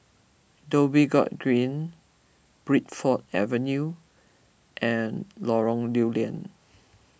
Dhoby Ghaut Green Bridport Avenue and Lorong Lew Lian